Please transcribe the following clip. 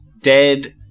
dead